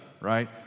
right